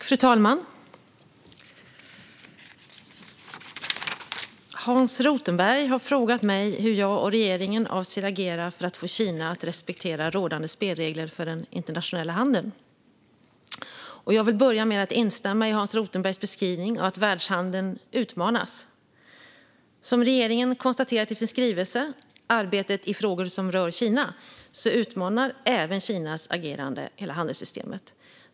Fru talman! Hans Rothenberg har frågat mig hur jag och regeringen avser att agera för att få Kina att respektera rådande spelregler för den internationella handeln. Jag vill börja med att instämma i Hans Rothenbergs beskrivning att världshandeln utmanas. Som regeringen konstaterat i sin skrivelse 2018/19:18 Arbetet i frågor som rör Kina utmanar även Kinas agerande handelssystemet.